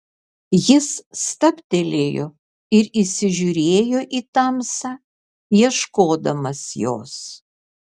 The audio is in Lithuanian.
jis stabtelėjo ir įsižiūrėjo į tamsą ieškodamas jos